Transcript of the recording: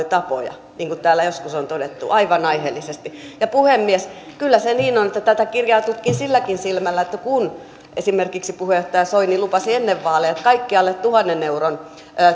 tapoja niin kuin täällä joskus on todettu aivan aiheellisesti ja puhemies kyllä se niin on että tätä kirjaa tutkin silläkin silmällä että kun esimerkiksi puheenjohtaja soini lupasi ennen vaaleja että kaikkien alle tuhannen euron